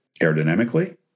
aerodynamically